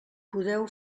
podeu